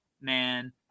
man